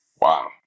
Wow